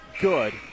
good